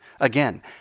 Again